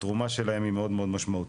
התרומה שלהם היא מאוד מאוד משמעותית.